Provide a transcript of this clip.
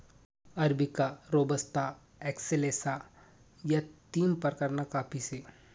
arabica, robusta, excelsa या तीन प्रकारना काफी से